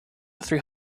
three